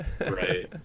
Right